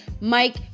Mike